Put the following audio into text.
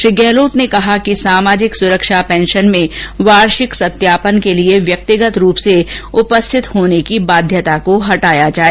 श्री गहलोत ने कहा कि सामाजिक सुरक्षा पेंशन में वार्षिक सत्यापन के लिए व्यक्तिगत रूप से उपस्थित होने की बाध्यता को हटाया जाए